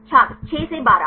छात्र 6 से 12